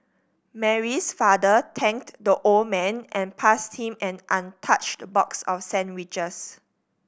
Mary's father thanked the old man and passed him an untouched box of sandwiches